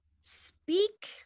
speak